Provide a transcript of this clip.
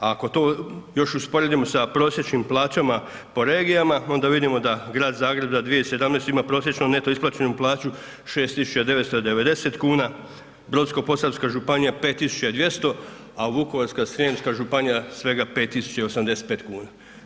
Ako to još usporedimo sa prosječnim plaćama po regijama, onda vidimo da grad Zagreb za 2017. ima prosječnu neto isplaćenu plaću 6990 kn, Brodsko-posavska županija 5200, a Vukovarsko-srijemska županija svega 5085 kn.